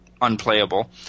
unplayable